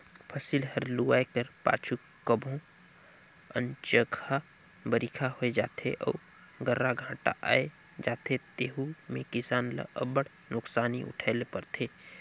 फसिल हर लुवाए कर पाछू कभों अनचकहा बरिखा होए जाथे अउ गर्रा घांटा आए जाथे तेहू में किसान ल अब्बड़ नोसकानी उठाए ले परथे